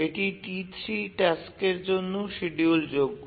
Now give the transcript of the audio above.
এটি T3 টাস্কের জন্যও শিডিউলযোগ্য